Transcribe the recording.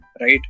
right